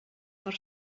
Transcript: per